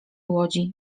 łodzi